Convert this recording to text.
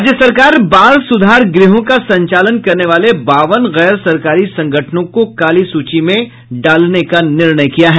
राज्य सरकार बाल सुधार गृहों का संचालन करने वाले बावन गैर सरकारी संगठनों को काली सूची में डालेगी